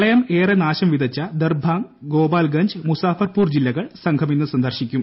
പ്രളയം ഏറെ നാശം വിതച്ച ദർഭാംഗ് ഗോപാൽഗഞ്ച് മുസഫർപൂർ ജില്ലകൾ സംഘം ഇന്ന് സന്ദർശിക്കും